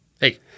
Hey